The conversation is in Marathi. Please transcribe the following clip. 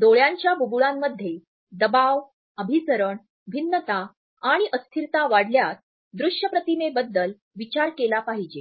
डोळ्याच्या बुबुळांमध्ये दबाव अभिसरण भिन्नता आणि अस्थिरता वाढल्यास दृश्यप्रतिमे बद्दल विचार केला पाहिजे